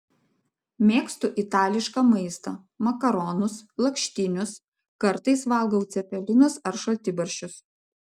mėgstu itališką maistą makaronus lakštinius kartais valgau cepelinus ar šaltibarščius